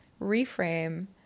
reframe